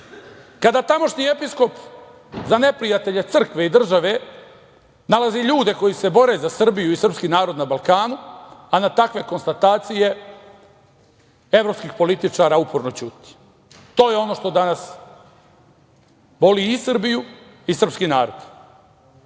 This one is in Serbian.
kada tamošnji episkop za neprijatelje crkve i države, nalazi ljude koji se bore za Srbiju i srpski narod na Balkanu, a na takve konstatacije evropskih političara uporno ćuti. To je ono što danas boli i Srbiju i srpski